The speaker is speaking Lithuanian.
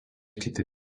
kiti